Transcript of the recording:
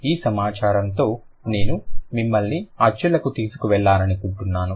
ఈ సమాచారంతో నేను మిమ్మల్ని అచ్చులకు తీసుకెళ్లాలనుకుంటున్నాను